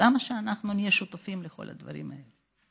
אז למה שאנחנו נהיה שותפים לכל הדברים האלה?